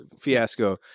fiasco